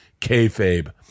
kayfabe